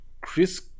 Chris